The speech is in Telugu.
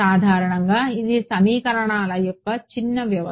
సాధారణంగా ఇది సమీకరణాల యొక్క చిన్న వ్యవస్థ